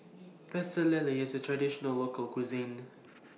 Pecel Lele IS A Traditional Local Cuisine